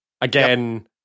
again